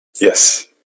Yes